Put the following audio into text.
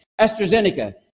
AstraZeneca